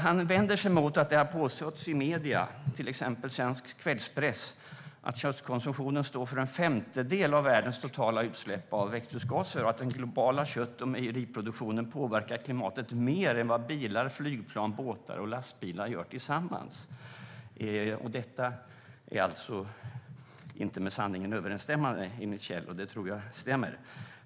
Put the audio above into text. Han vänder sig emot att det har påståtts i medierna, till exempel i svensk kvällspress, att köttkonsumtionen står för en femtedel av världens totala utsläpp av växthusgaser och att den globala kött och mejeriproduktionen påverkar klimatet mer än vad bilar, flygplan, båtar och lastbilar gör tillsammans. Enligt Kjell är detta inte med sanningen överensstämmande, och det tror jag stämmer.